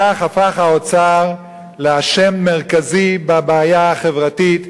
בכך הפך האוצר לאשם מרכזי בבעיה חברתית.